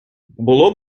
було